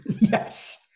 Yes